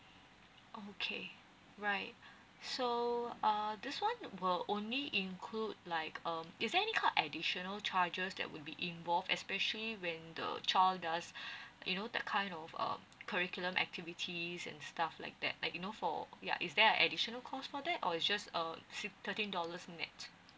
okay right so um this one will only include like um is there any kind additional charges that would be involved especially when the child does you know that kind of uh curriculum activities and stuff like that like you know for ya is there like additional cost for that or is just err thr~ thirteen dollars nett